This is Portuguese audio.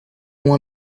uma